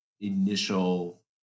initial